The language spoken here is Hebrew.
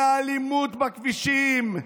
מהאלימות בכבישים,